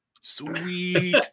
Sweet